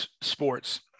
sports